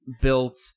built